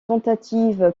tentative